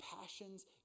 passions